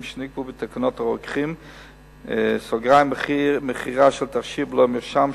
שנקבעו בתקנות הרוקחים (מכירה של תכשיר בלא מרשם,